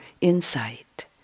insight